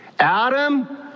Adam